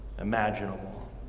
imaginable